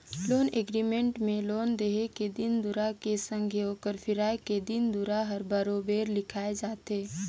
loan agreement में loan देहे के दिन दुरा के संघे ओकर फिराए के दिन दुरा हर बरोबेर लिखाए रहथे